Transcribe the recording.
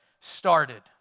started